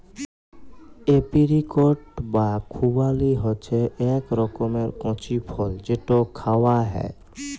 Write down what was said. apricot বা খুবালি হছে ইক রকমের কঁচি ফল যেট খাউয়া হ্যয়